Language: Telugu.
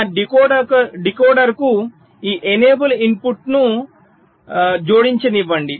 నా డీకోడర్కు ఈ ఎనేబుల్ ఇన్పుట్ను జోడించనివ్వండి